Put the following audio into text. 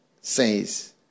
says